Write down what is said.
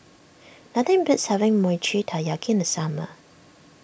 nothing beats having Mochi Taiyaki in the summer